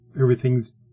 everything's